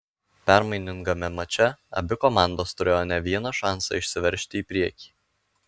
permainingame mače abi komandos turėjo ne vieną šansą išsiveržti į priekį